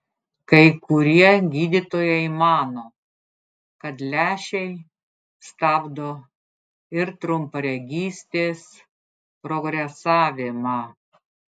kai kurie gydytojai mano kad lęšiai stabdo ir trumparegystės progresavimą